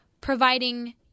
providing